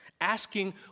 asking